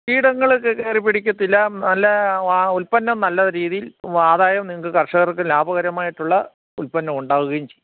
കീടങ്ങള് കെ കയറി പിടിക്കത്തില്ല വല്ല ഉല്പന്നം നല്ല രീതിയിൽ ആതായം നിങ്ങൾക്ക് കർഷകർക്ക് ലാഭകരമായിട്ടുള്ള ഉല്പന്നം ഉണ്ടാവുകയും ചെയ്യും